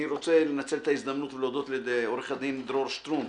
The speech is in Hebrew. אני רוצה לנצל את ההזדמנות ולהודות לעורך הדין דרור שטרום,